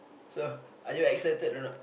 so are you excited or not